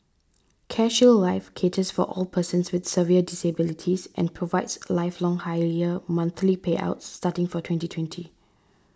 CareShield Life caters for all persons with severe disabilities and provides lifelong higher monthly payouts starting from twenty twenty